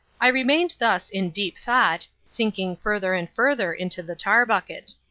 i remained thus in deep thought, sinking further and further into the tar-bucket.